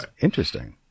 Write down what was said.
Interesting